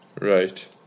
Right